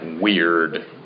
weird